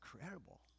incredible